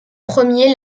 premier